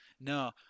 no